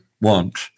want